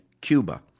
Cuba